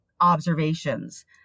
observations